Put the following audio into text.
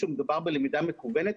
כשמדובר בלמידה מקוונת,